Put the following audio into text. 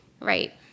Right